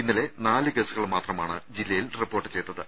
ഇന്നലെ നാല് കേസുകൾ മാത്രമാണ് ജില്ലയിൽ റിപ്പോർട്ട് ചെയ്തിട്ടുള്ളത്